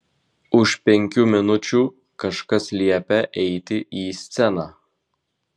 už penkių minučių kažkas liepia eiti į sceną